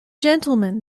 gentlemen